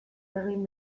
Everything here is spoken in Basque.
egin